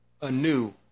anew